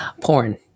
Porn